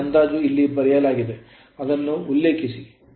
ಈ ಅಂದಾಜು ಇಲ್ಲಿ ಬರೆಯಲಾಗಿದೆ ಅದನ್ನು ಉಲ್ಲೇಖಿಸಿ